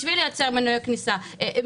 בשביל לייצר מנועי צמיחה.